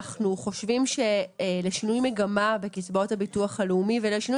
אנחנו חושבים שלשינוי מגמה בקצבאות הביטוח הלאומי ולשינוי